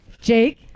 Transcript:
Jake